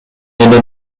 эле